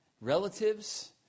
relatives